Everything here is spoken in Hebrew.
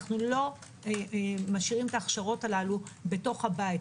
לא נשאיר את ההכשרות האלה בתוך הבית.